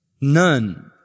none